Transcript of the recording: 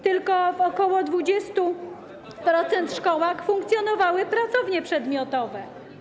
Tylko w ok. 20% szkół funkcjonowały pracownie przedmiotowe.